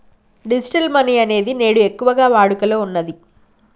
digital money అనేది నేడు ఎక్కువగా వాడుకలో ఉన్నది